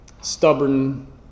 stubborn